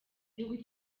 gihugu